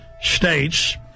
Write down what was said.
States